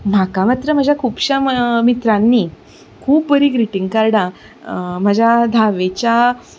म्हाका मात्र म्हाज्या खुबश्या मित्रांनी खूब बरीं ग्रीटिंग कार्डां म्हाज्या धावेच्या